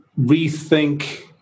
rethink